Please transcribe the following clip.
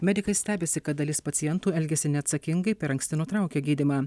medikai stebisi kad dalis pacientų elgiasi neatsakingai per anksti nutraukia gydymą